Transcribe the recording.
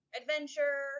adventure